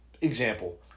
example